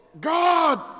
God